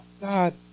God